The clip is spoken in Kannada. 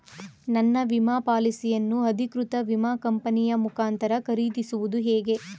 ನನ್ನ ವಿಮಾ ಪಾಲಿಸಿಯನ್ನು ಅಧಿಕೃತ ವಿಮಾ ಕಂಪನಿಯ ಮುಖಾಂತರ ಖರೀದಿಸುವುದು ಹೇಗೆ?